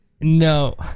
No